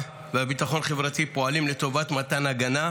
והביטחון החברתי פועלים לטובת מתן הגנה,